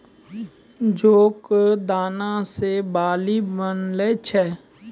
जौ कॅ दाना सॅ बार्ली बनै छै